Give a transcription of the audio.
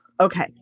okay